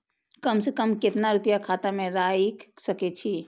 कम से कम केतना रूपया खाता में राइख सके छी?